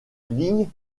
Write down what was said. ligne